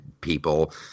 people